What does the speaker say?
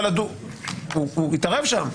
אבל הוא התערב שם,